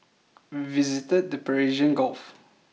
we visited the Persian Gulf